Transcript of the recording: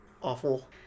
awful